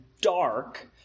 dark